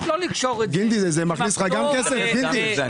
לא צריך לקשור את זה עם הפטור במע"מ.